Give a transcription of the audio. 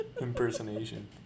impersonation